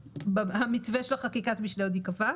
המתווה של חקיקת המשנה עוד ייקבע.